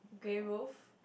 grey roof